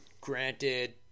Granted